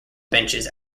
benches